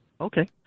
Okay